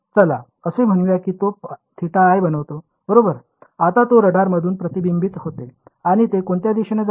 चला असे म्हणूया की तो θi बनवतो बरोबर आता हे रडारमधून प्रतिबिंबित होते आणि ते कोणत्या दिशेने जाते